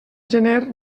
gener